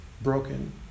broken